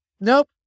Nope